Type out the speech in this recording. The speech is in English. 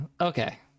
Okay